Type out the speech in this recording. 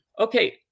Okay